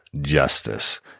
Justice